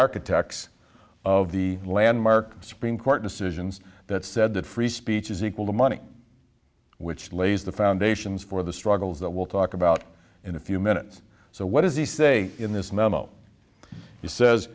architects of the landmark supreme court decisions that said that free speech is equal to money which lays the foundations for the struggles that we'll talk about in a few minutes so what does he say in this memo he says